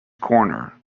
corner